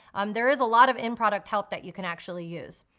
um there is a lot of in-product help that you can actually use.